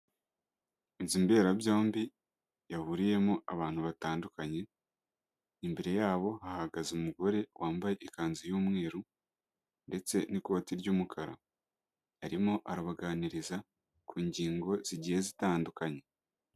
Inzu mberabyombi yahuriyemo abantu batandukanye, imbere yabo hahagaze umugore wambaye ikanzu y'umweru ndetse n'ikoti ry'umukara, arimo arabaganiriza ku ngingo zigiye zitandukanye.